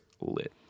lit